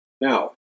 Now